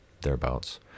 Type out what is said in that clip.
thereabouts